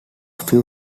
few